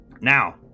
now